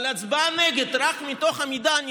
אבל הצבעה נגד רק מתוך העמדה שהיא: אני